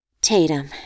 Tatum